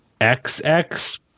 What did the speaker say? XX